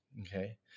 okay